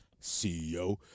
CEO